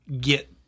get